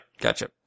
Gotcha